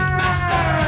master